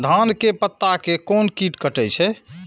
धान के पत्ता के कोन कीट कटे छे?